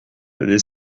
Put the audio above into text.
les